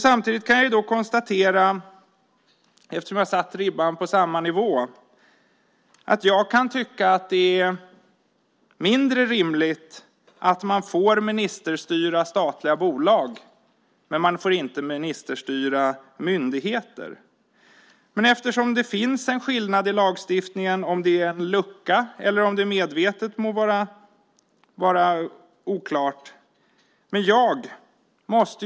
Samtidigt kan jag tycka, eftersom jag har satt ribban på samma nivå, att det är mindre rimligt att man får ministerstyra statliga bolag och inte myndigheter. Där finns en skillnad i lagstiftningen. Om det är en lucka eller om det är medvetet må vara osagt.